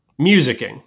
musicking